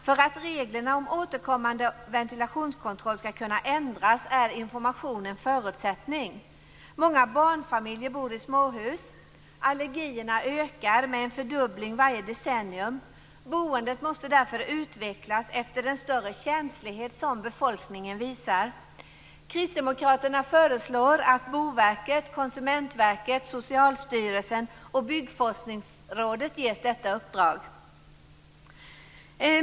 För att reglerna om återkommande ventilationskontroll skall kunna ändras är information en förutsättning. Många barnfamiljer bor i småhus. Allergierna ökar med en fördubbling varje decennium. Boendet måste därför utvecklas efter den större känslighet som befolkningen visar. Kristdemokraterna föreslår att Boverket, Konsumentverket, Socialstyrelsen och Byggforskningsrådet ges detta uppdrag.